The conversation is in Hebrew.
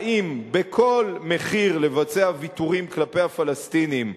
האם בכל מחיר לבצע ויתורים כלפי הפלסטינים,